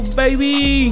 baby